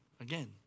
again